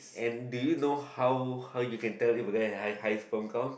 and did you know how how you can tell if a guy has high sperm count